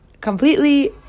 completely